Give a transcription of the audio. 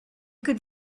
could